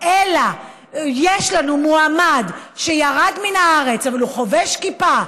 אלא יש לנו מועמד שירד מן הארץ אבל הוא חובש כיפה,